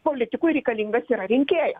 politikui reikalingas yra rinkėjas